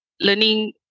learning